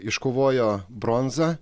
iškovojo bronzą